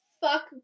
fuck